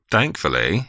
Thankfully